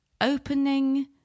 opening